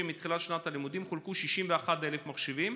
מתחילת שנת הלימודים חולקו 61,000 מחשבים,